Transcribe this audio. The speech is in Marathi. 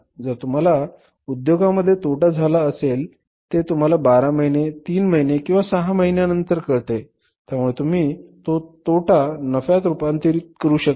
जर तुम्हाला उद्योगामध्ये तोटा झाला असेल ते तुम्हाला बारा महिने तीन महिने किंवा सहा महिन्यानंतर कळते त्यावेळी तुम्ही तो तोटा नफ्यात रूपांतरित करू शकत नाही